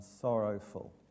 sorrowful